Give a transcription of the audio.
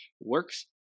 works